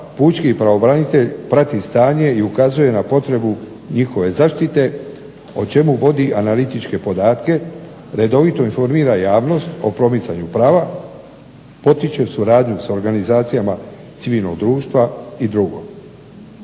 pučki pravobranitelj prati stanje i ukazuje na potrebu njihove zaštite o čemu vodi analitičke podatke redovito informira javnost o promicanju prava, potiče suradnju sa organizacijama civilnog društva i dr.